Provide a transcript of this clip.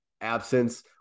absence